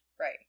Right